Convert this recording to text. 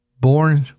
Born